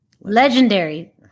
Legendary